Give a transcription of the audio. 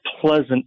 pleasant